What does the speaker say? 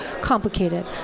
complicated